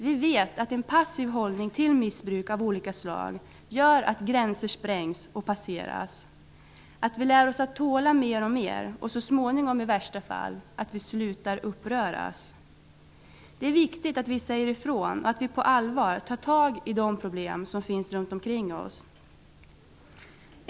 Vi vet att en passiv hållning till missbruk av olika slag gör att gränser sprängs och passeras, att vi lär oss att tåla mer och mer och så småningom i värsta fall slutar uppröras. Det är viktigt att vi säger ifrån och att vi på allvar tar tag i de problem som finns runt omkring oss.